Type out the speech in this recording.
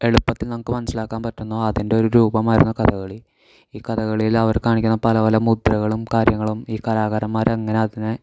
എളുപ്പത്തിൽ നമുക്ക് മനസ്സിലാക്കാൻ പറ്റുന്നു അതിൻ്റെ ഒരു രൂപമായിരുന്നു കഥകളി ഈ കഥകളിയിൽ അവർ കാണിക്കുന്ന പലപല മുദ്രകളും കാര്യങ്ങളും ഈ കലാകാരന്മാർ അങ്ങനെ അതിനെ